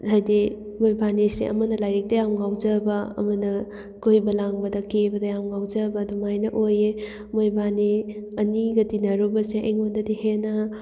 ꯍꯥꯏꯗꯤ ꯃꯣꯏꯕꯥꯅꯤꯁꯦ ꯑꯃꯅ ꯂꯥꯏꯔꯤꯛꯇ ꯌꯥꯝꯅ ꯉꯥꯎꯖꯕ ꯑꯃꯅ ꯀꯣꯏꯕ ꯂꯥꯡꯕꯗ ꯀꯦꯕꯗ ꯌꯥꯝ ꯉꯥꯎꯖꯕ ꯑꯗꯨꯃꯥꯏꯅ ꯑꯣꯏꯌꯦ ꯃꯣꯏꯕꯥꯅꯤ ꯑꯅꯤꯒ ꯇꯤꯟꯅꯔꯨꯕꯁꯦ ꯑꯩꯉꯣꯟꯗꯗꯤ ꯍꯦꯟꯅ